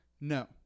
No